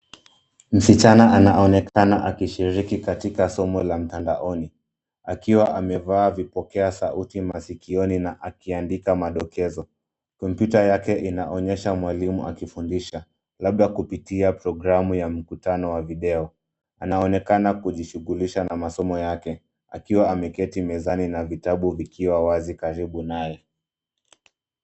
Msichana anaonekana akishirika katika somo la mtandaoni, akiwa amevaa vipokea sauti masikioni na akiandika madokezo. Kompyuta yake inaonyesha mwalimu akifundisha, labda kupitia programu ya mkutano wa video. Anaonekana kujishughulisha na masomo yake, akiwa ameketi mezani na vitabu vikiwa wazi karibu naye.